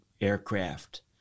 aircraft